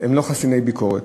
הם לא חסיני ביקורת.